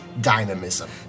dynamism